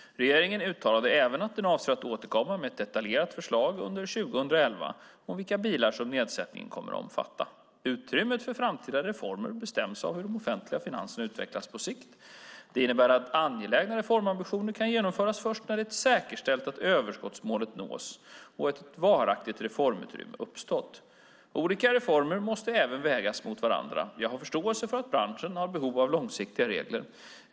Regeringen uttalade även att den avser att återkomma med ett detaljerat förslag under 2011 om vilka bilar som nedsättningen kommer att omfatta. Utrymmet för framtida reformer bestäms av hur de offentliga finanserna utvecklas på sikt. Det innebär att angelägna reformambitioner kan genomföras först när det är säkerställt att överskottsmålet nås och ett varaktigt reformutrymme uppstått. Olika reformer måste även vägas mot varandra. Jag har förståelse för att branschen har behov av långsiktiga regler.